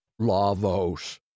Lavos